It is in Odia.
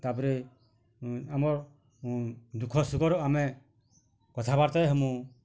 ତା'ପରେ ଆମର୍ ଦୁଃଖ ସୁଖର ଆମେ କଥାବାର୍ତ୍ତା ହେମୁଁ